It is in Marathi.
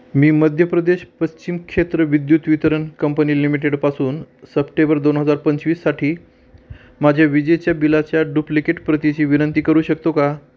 मी मध्य प्रदेश पश्चिम क्षेत्र विद्युत वितरण कंपनी लिमिटेडपासून सप्टेबर दोन हजार पंचवीससाठी माझ्या विजेच्या बिलाच्या डुप्लिकेट प्रतीची विनंती करू शकतो का